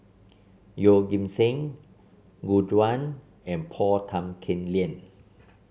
Yeoh Ghim Seng Gu Juan and Paul Tan Kim Liang